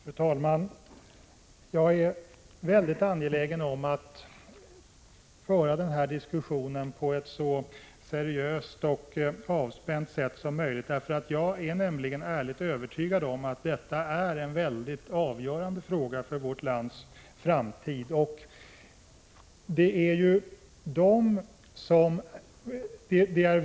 Fru talman! Jag är mycket angelägen om att den här diskussionen förs så seriöst och avspänt som möjligt. Jag är nämligen övertygad om att denna fråga i hög grad är avgörande för hur vårt lands ekonomi kommer att utvecklas i framtiden.